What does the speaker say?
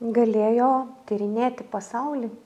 galėjo tyrinėti pasaulį